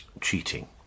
cheating